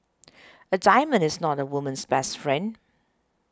a diamond is not a woman's best friend